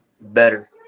better